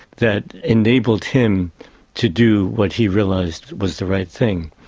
that enabled him to do what he realised was the right thing.